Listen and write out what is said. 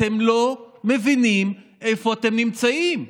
אתם לא מבינים איפה אתם נמצאים.